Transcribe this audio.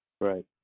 right